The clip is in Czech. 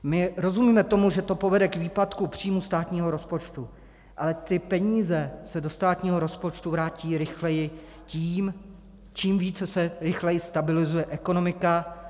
My rozumíme tomu, že to povede k výpadku příjmů státního rozpočtu, ale ty peníze se do státního rozpočtu vrátí tím rychleji, čím rychleji se stabilizuje ekonomika.